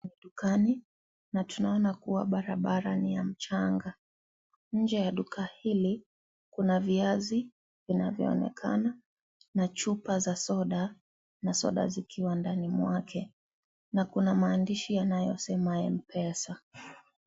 Ni dukani na tunaona kuwa barabara ni ya mchanga. Nje ya duka hili, kuna viazi vinavyoonekana na chupa za soda zikiwa ndani mwake na kuna maandishi yanayosema M-pesa.